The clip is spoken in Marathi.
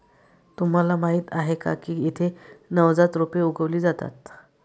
तुम्हाला माहीत आहे का की येथे नवजात रोपे उगवली जातात